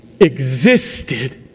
existed